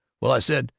well, i said,